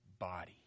Body